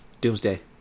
Doomsday